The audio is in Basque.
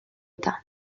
eta